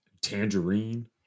tangerine